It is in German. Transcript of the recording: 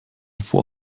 vor